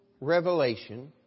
revelation